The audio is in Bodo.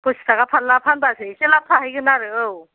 फसिस थाखा फारला फानबासो एसे लाब थाहैगोन आरो औ